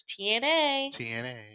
TNA